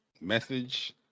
message